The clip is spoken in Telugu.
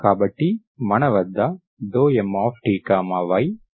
కాబట్టి మన వద్ద ∂Mty∂y ఉన్నది